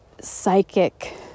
psychic